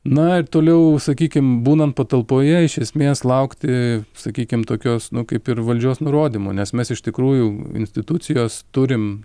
na ir toliau sakykim būnant patalpoje iš esmės laukti sakykim tokios nu kaip ir valdžios nurodymų nes mes iš tikrųjų institucijos turim